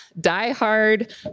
die-hard